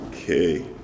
Okay